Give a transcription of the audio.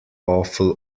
awful